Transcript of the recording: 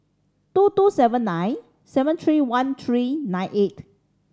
two two seven nine seven three one three nine eight